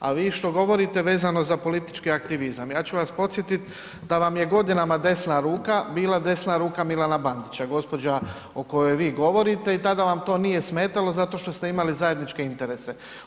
A vi što govorite vezano za politički aktivizam, ja ću vas podsjetit da vam je godina desna ruka bila desna ruka Milana Bandića, gospođa o kojoj vi govorite i tada vam to nije smetalo zato što ste imali zajedničke interese.